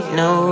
no